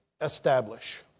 Establish